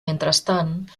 mentrestant